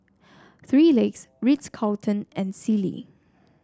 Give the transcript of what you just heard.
Three Legs Ritz Carlton and Sealy